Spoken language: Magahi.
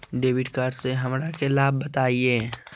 डेबिट कार्ड से हमरा के लाभ बताइए?